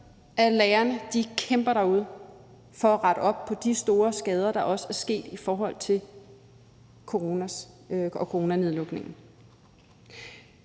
at lærerne kæmper derude for at rette op på de store skader, der også er sket i forhold til coronanedlukningen.